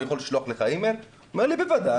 יכול לשלוח לך אימייל?' הוא אומר לי 'בוודאי'.